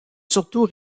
surtout